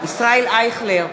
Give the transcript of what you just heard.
ישראל אייכלר,